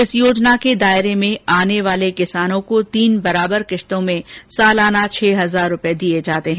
इस योजना के दायरे में आने वाले किसानों को तीन बराबर किस्तों में सालाना छह हजार रूपए दिए जाते हैं